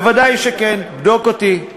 ודאי שכן, בדוק אותי.